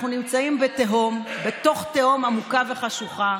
אנחנו נמצאים בתהום, בתוך תהום עמוקה וחשוכה,